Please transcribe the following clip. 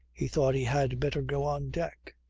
he thought he had better go on deck.